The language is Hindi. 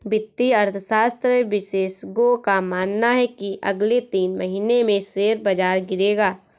वित्तीय अर्थशास्त्र विशेषज्ञों का मानना है की अगले तीन महीने में शेयर बाजार गिरेगा